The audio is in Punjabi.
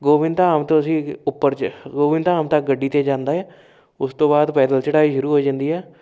ਗੋਵਿੰਦ ਧਾਮ ਤੋਂ ਅਸੀਂ ਉੱਪਰ 'ਚ ਗੋਬਿੰਦ ਧਾਮ ਤੱਕ ਗੱਡੀ 'ਤੇ ਜਾਂਦਾ ਹੈ ਉਸ ਤੋਂ ਬਾਅਦ ਪੈਦਲ ਚੜਾਈ ਸ਼ੁਰੂ ਹੋ ਜਾਂਦੀ ਹੈ